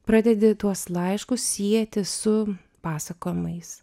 pradedi tuos laiškus sieti su pasakojimais